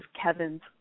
Kevin's